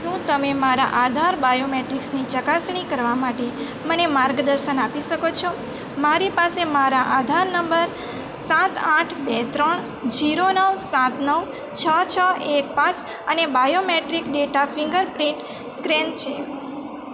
શું તમે મારા આધાર બાયોમેટ્રિક્સની ચકાસણી કરવા માટે મને માર્ગદર્શન આપી શકો છો મારી પાસે મારો આધાર નંબર સાત આઠ બે ત્રણ જીરો નવ સાત નવ છ છ એક પાંચ અને બાયોમેટ્રિક ડેટા ફિંગરપ્રિન્ટ સ્ક્રેન છે